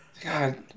God